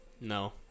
No